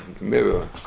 Mirror